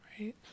Right